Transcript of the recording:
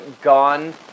gone